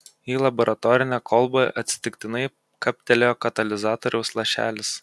į laboratorinę kolbą atsitiktinai kaptelėjo katalizatoriaus lašelis